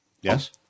Yes